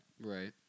Right